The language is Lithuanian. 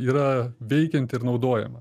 yra veikianti ir naudojama